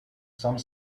some